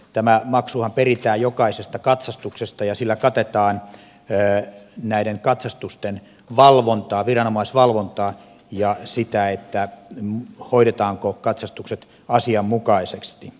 tämä maksuhan peritään jokaisesta katsastuksesta ja sillä katetaan näiden katsastusten viranomaisvalvontaa ja sen valvontaa hoidetaanko katsastukset asianmukaisesti